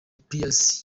pius